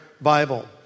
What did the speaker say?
Bible